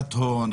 הלבנת הון,